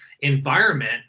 environment